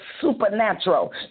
supernatural